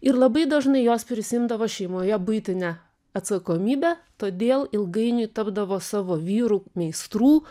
ir labai dažnai jos prisiimdavo šeimoje buitinę atsakomybę todėl ilgainiui tapdavo savo vyrų meistrų